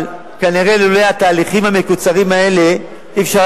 אבל כנראה לולא התהליכים המקוצרים האלה לא היה אפשר